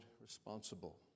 responsible